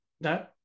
No